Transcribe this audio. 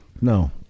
No